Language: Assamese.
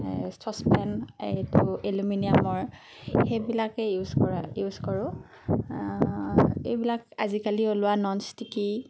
চচপেন এইটো এলোমিনিয়ামৰ সেইবিলাকেই ইউজ কৰা ইউজ কৰোঁ এইবিলাক আজিকালি ওলোৱা ননষ্টিকি